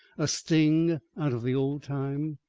a sting out of the old time.